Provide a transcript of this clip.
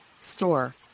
store